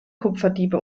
kupferdiebe